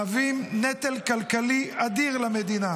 מהווים נטל כלכלי אדיר למדינה.